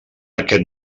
aquest